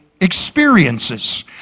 experiences